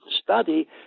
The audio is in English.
study